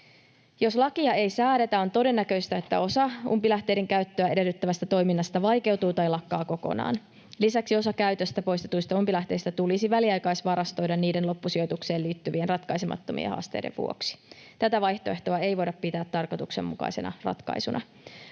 Jos lakia ei säädetä, on todennäköistä, että osa umpilähteiden käyttöä edellyttävästä toiminnasta vaikeutuu tai lakkaa kokonaan. Lisäksi osa käytöstä poistetuista umpilähteistä tulisi väliaikaisvarastoida niiden loppusijoitukseen liittyvien ratkaisemattomien haasteiden vuoksi. Tätä vaihtoehtoa ei voida pitää tarkoituksenmukaisena ratkaisuna.